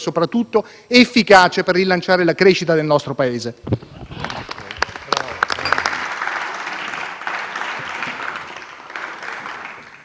soprattutto efficace per rilanciare la crescita del nostro Paese.